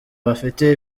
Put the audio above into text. bafite